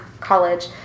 college